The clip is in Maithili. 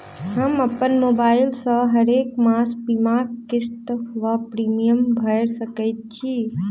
हम अप्पन मोबाइल सँ हरेक मास बीमाक किस्त वा प्रिमियम भैर सकैत छी?